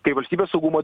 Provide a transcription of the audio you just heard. kai valstybės saugumo